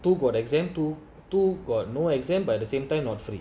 two got exam tw~ two got no exam but at the same time not free